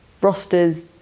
rosters